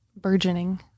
burgeoning